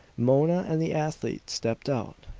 mona and the athlete stepped out,